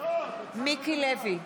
מיקי לוי,